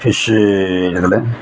fish இதில்